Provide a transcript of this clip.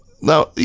Now